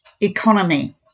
economy